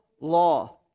law